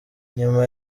nyuma